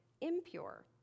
impure